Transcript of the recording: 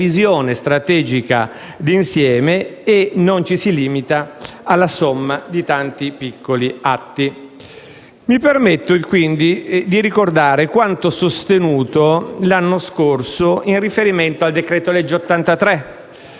Mi permetto quindi di ricordare quanto sostenuto l'anno scorso in riferimento al decreto-legge n.